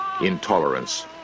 intolerance